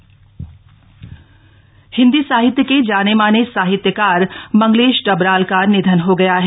मंगलेश डबराल हिंदी साहित्य के जाने माने साहित्यकार मंगलेश डबराल का निधन हो गया है